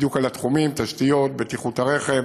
בדיוק על התחומים תשתיות, בטיחות הרכב,